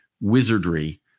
wizardry